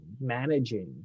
managing